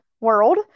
world